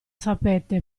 sapete